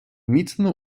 міцно